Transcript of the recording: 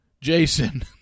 Jason